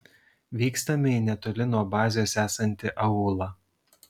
vykstame į netoli nuo bazės esantį aūlą